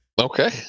Okay